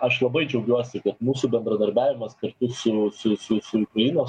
aš labai džiaugiuosi kad mūsų bendradarbiavimas kartu su su su su ukrainos